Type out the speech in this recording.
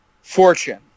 Fortune